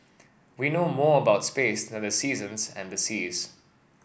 we know more about space than the seasons and the seas